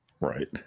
right